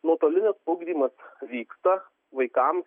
nuotolinis ugdymas vyksta vaikam